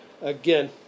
again